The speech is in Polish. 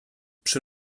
przy